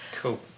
Cool